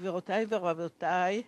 גבירותי ורבותי,